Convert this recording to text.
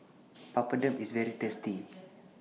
Papadum IS very tasty